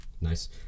Nice